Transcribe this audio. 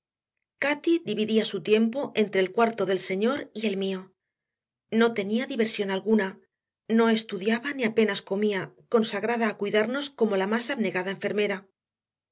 cati dividía su tiempo entre el cuarto del señor y el mío no tenía diversión alguna no estudiaba ni apenas comía consagrada a cuidarnos como la más abnegada enfermera